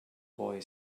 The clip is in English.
boy